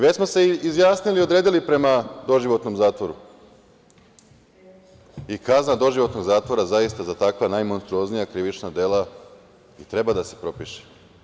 Već smo se izjasnili i odredili prema doživotnom zatvoru i kazna doživotnog zatvora zaista za takva najmonstruoznija krivična dela i treba da se propiše.